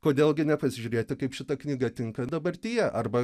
kodėl gi nepasižiūrėti kaip šita knyga tinka dabartyje arba